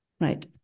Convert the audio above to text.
Right